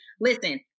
Listen